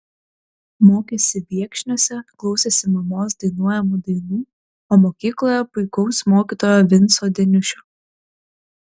mokėsi viekšniuose klausėsi mamos dainuojamų dainų o mokykloje puikaus mokytojo vinco deniušio